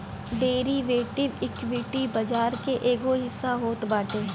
derivative, equity बाजार के एगो हिस्सा होत बाटे